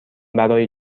برای